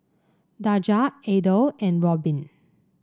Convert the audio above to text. Daja Adel and Robin